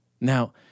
Now